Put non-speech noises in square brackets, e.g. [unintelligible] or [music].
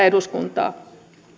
[unintelligible] eduskuntaa